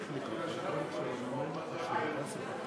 כבוד היושב-ראש, חברי חברי הכנסת, חוק